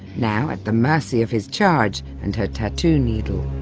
now at the mercy of his charge and her tattoo needle.